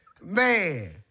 Man